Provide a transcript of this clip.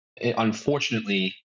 unfortunately